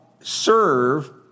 serve